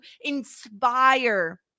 inspire